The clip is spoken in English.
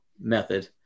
method